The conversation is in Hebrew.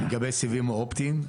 לגבי סיבים אופטיים,